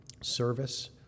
service